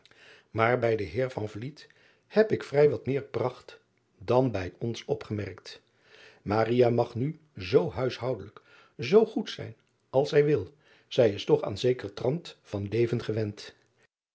maar bij den eer heb ik vrij wat meer pracht dan bij ons opgemerkt mag nu zoo huishoudelijk zoo goed zijn als zij wil zij is toch aan zekeren trant van leven gewend